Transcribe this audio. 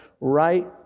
right